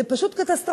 זה פשוט קטסטרופה.